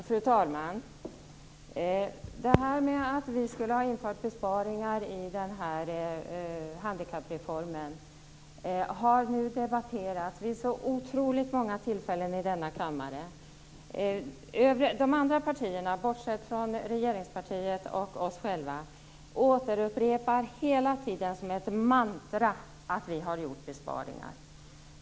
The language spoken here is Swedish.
Fru talman! Det här med att vi skulle ha genomfört besparingar i handikappreformen har debatterats vid otroligt många tillfällen i denna kammare. De andra partierna, bortsett från regeringspartiet och oss själva, upprepar hela tiden som ett mantra att vi har gjort besparingar.